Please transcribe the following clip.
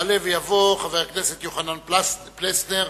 יעלה ויבוא חבר הכנסת יוחנן פלסנר